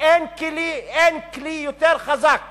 ואין כלי יותר חזק